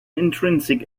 intrinsic